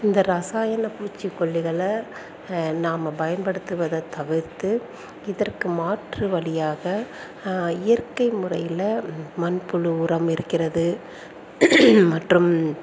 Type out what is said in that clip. இந்த ரசாயனப் பூச்சிக்கொல்லிகளை நாம் பயன்படுத்துவதை தவிர்த்து இதற்கு மாற்று வழியாக இயற்கை முறையில் மண்புழு உரம் இருக்கிறது மற்றும்